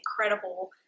incredible